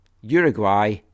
Uruguay